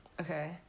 Okay